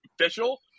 official